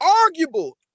arguable